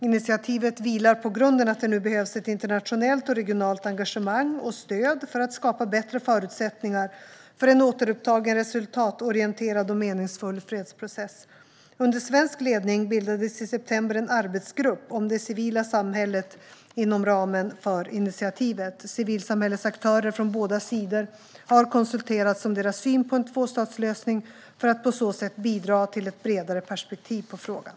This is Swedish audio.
Initiativet vilar på grunden att det nu behövs ett internationellt och regionalt engagemang och stöd för att skapa bättre förutsättningar för en återupptagen resultatorienterad och meningsfull fredsprocess. Under svensk ledning bildades i september en arbetsgrupp om det civila samhället inom ramen för initiativet. Civilsamhällesaktörer från båda sidor har konsulterats om deras syn på en tvåstatslösning för att på så sätt bidra till ett bredare perspektiv på frågan.